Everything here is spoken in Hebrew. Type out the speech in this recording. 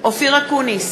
אופיר אקוניס,